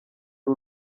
ari